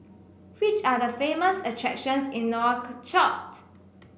which are the famous attractions in Nouakchott